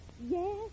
Yes